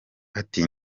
ati